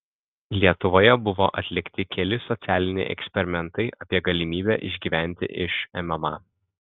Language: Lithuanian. lietuvoje buvo atlikti keli socialiniai eksperimentai apie galimybę išgyventi iš mma